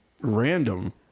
random